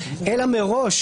אלא מראש,